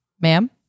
Ma'am